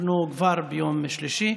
אנחנו כבר ביום שלישי,